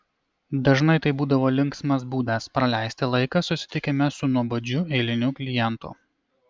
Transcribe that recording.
dažnai tai būdavo linksmas būdas praleisti laiką susitikime su nuobodžiu eiliniu klientu